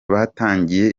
batangiye